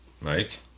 Mike